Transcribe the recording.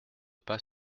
pas